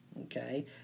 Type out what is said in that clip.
okay